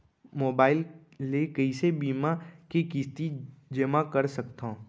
Mobile ले कइसे बीमा के किस्ती जेमा कर सकथव?